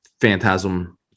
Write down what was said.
Phantasm